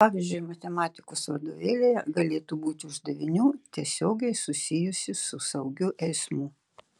pavyzdžiui matematikos vadovėlyje galėtų būti uždavinių tiesiogiai susijusių su saugiu eismu